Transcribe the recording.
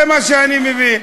זה מה שאני מבין.